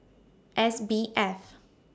S B F